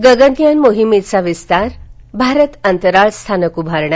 गगनयान मोहिमेचा विस्तार भारत अंतराळस्थानक उभारणार